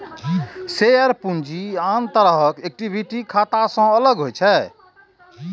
share पूंजी आन तरहक इक्विटी खाता सं अलग होइ छै